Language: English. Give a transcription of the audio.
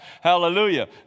hallelujah